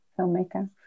filmmaker